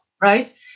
right